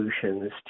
solutions